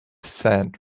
sand